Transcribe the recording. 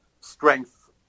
strength